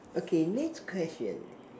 okay next question